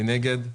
מי נגד?